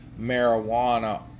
marijuana